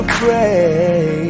pray